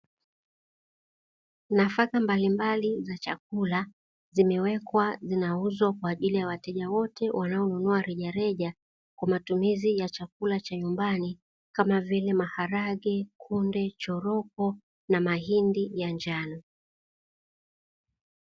Nafaka mbalimbali za chakula zimewekwa, zinauzwa kwa ajili ya wateja wote wanao nunua rejareja kwa matumizi ya chakula cha nyumbani kama vile maharage, kunde, choroko na mahindi ya njano.